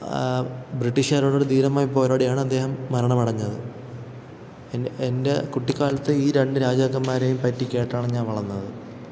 ബ്രിട്ടീഷുകാരോട് ധീരമായി പോരാടിയാണ് അദ്ദേഹം മരണമടഞ്ഞത് എന്റെ കുട്ടിക്കാലത്ത് ഈ രണ്ട് രാജാക്കന്മാരെയും പറ്റി കേട്ടാണ് ഞാന് വളർന്നത്